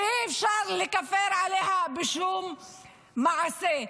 שאי-אפשר לכפר עליה בשום מעשה.